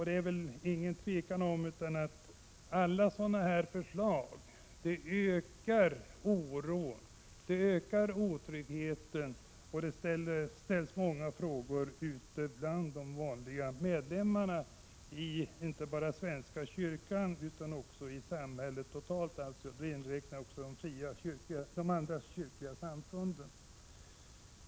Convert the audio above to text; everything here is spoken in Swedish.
Det är väl inget tvivel om att alla sådana här förslag ökar oron och otryggheten, och det ställs många frågor bland de vanliga medlemmarna inte bara i svenska kyrkan utan även i samhället totalt, dvs. också inom de andra kyrkliga samfunden.